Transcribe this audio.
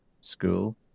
school